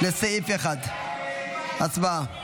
לסעיף 1. הצבעה.